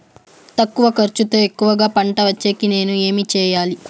తక్కువ ఖర్చుతో ఎక్కువగా పంట వచ్చేకి నేను ఏమి చేయాలి?